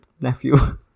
nephew